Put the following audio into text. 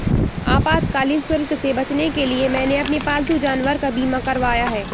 आपातकालीन शुल्क से बचने के लिए मैंने अपने पालतू जानवर का बीमा करवाया है